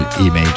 Image